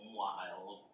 wild